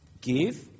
Give